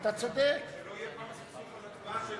שלא יהיה עוד פעם סכסוך על הצבעה,